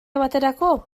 baterako